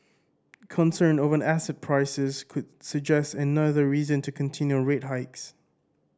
concern over asset prices could suggest another reason to continue rate hikes